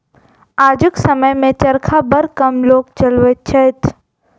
आजुक समय मे चरखा बड़ कम लोक चलबैत छथि